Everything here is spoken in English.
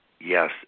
Yes